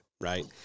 right